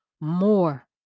more